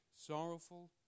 sorrowful